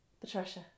Patricia